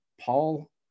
Paul